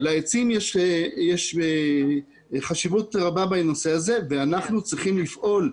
לעצים יש חשיבות רבה בנושא הזה ואנחנו צריכים לפעול.